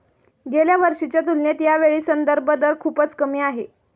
गेल्या वर्षीच्या तुलनेत यावेळी संदर्भ दर खूपच कमी आहे